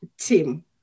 team